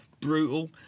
Brutal